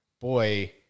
boy